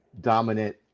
dominant